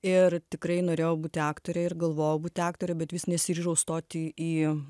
ir tikrai norėjau būti aktore ir galvojau būti aktore bet vis nesiryžau stoti į